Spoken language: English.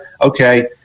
Okay